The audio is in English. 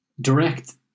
Direct